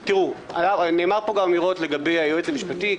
נאמרו אמירות לגבי היועץ המשפטי,